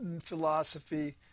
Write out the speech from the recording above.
philosophy